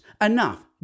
enough